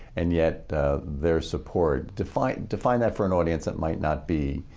and yet their support define define that for an audience that might not be,